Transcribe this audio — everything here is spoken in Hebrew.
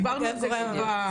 דיברנו על זה כבר.